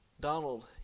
Donald